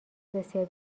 بسیار